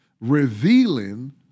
revealing